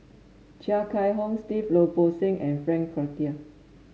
Chia Kiah Hong Steve Lim Bo Seng and Frank Cloutier